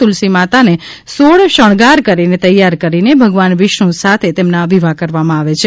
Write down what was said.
તુલસીમાતાને સોળ શણગાર કરીને તૈયાર કરીને ભગવાન વિષ્ણુ સાથે તેમના વિવાહ કરાવવામાં આવે છે